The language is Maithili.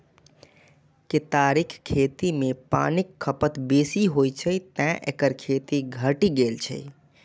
केतारीक खेती मे पानिक खपत बेसी होइ छै, तें एकर खेती घटि गेल छै